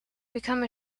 become